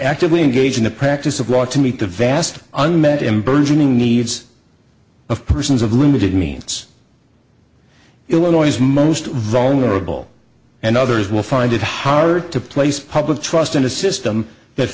actively engage in the practice of law to meet the vast unmet in burgeoning needs of persons of limited means illinois most vulnerable and others will find it hard to place public trust in a system that